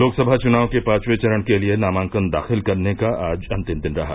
लोकसभा चुनाव के पांचवें चरण के लिये नामांकन दाखिल करने का आज अंतिम दिन रहा